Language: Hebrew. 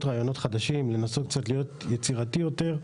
רעיונות חדשים ולנסות להיות קצת יצירתי יותר,